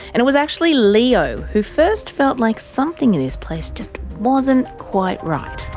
and it was actually leo who first felt like something in this place just wasn't quite right.